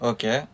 Okay